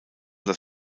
das